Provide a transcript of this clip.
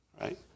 right